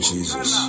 Jesus